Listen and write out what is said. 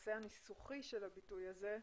הנושא הניסוחי של הביטוי הזה.